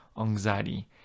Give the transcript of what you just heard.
anxiety